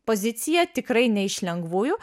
pozicija tikrai ne iš lengvųjų